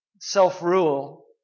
self-rule